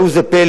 ראו זה פלא,